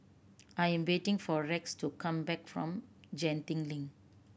I am waiting for Rex to come back from Genting Link